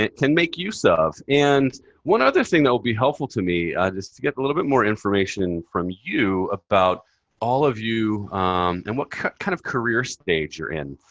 can make use of. and one other thing that will be helpful to me, just to get a little bit more information from you about all of you and what kind of career stage you're in.